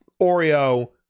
Oreo